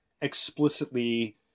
explicitly